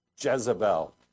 Jezebel